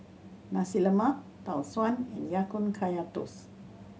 Nasi Lemak Tau Suan and Ya Kun Kaya Toast